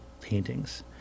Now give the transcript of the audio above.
paintings